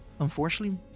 Unfortunately